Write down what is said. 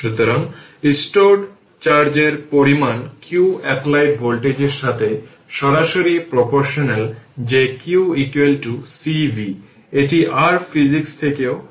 সুতরাং এই 2 parallel 2 Ω resistor এবং 05 ইন্ডাক্টর উভয়ই প্যারালাল এবং এই ভোল্টেজটিকে বলা হয় v তাই এর মানে R i y একটি 2 Ω রেজিস্টর জুড়ে একই ভোল্টেজ হবে তাই এটি V 2 Ω রেজিস্টর